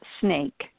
snake